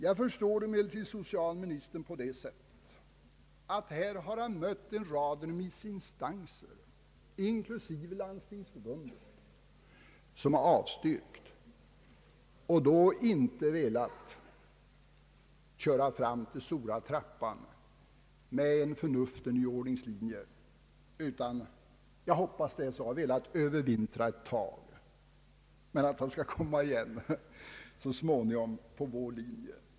Jag förstår emellertid socialministern så att han har mött en rad remissinstanser, inklusive Landstingsförbundet, som har avstyrkt. Han har då inte velat köra fram till stora trappan med en förnuftig nyordningslinje utan har velat övervintra, men han skall komma igen så småningom på vår linje.